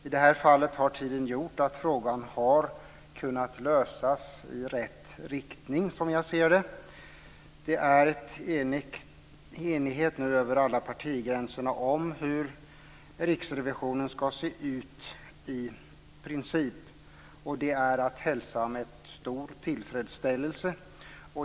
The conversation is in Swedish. I detta fall har tiden gjort att frågan har kunnat lösas i rätt riktning, som jag ser det. Det är nu enighet över alla partigränserna om hur riksrevisionen ska se ut i princip, och det är att hälsa med stor tillfredsställelse.